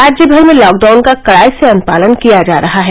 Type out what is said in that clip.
राज्य भर में लॉकडाउन का कड़ाई से अनुपालन किया जा रहा है